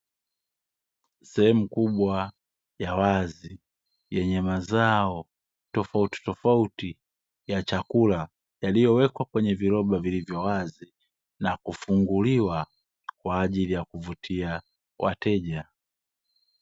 Sehemu kubwa ya wazi yenye mazao tofautitofauti, ya chakula yaliyowekwa kwenye viroba vilivyowazi na kufunguliwa kwa ajili ya kuvutia wateja.